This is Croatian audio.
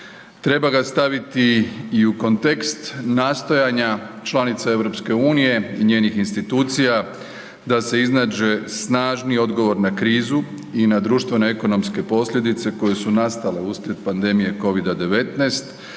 Treba ga staviti i u kontekst nastojanja članica EU i njenih institucija da se iznađe snažniji odgovor na krizu i na društvenoekonomske posljedice koje su nastale uslijede pandemije covid-19